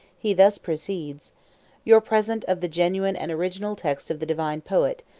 he thus proceeds your present of the genuine and original text of the divine poet,